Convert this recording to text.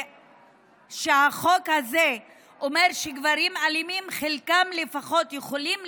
ושהחוק הזה אומר שגברים אלימים, חלקם לפחות יכולים